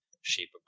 shape